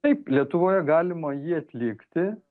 taip lietuvoje galima jį atlikti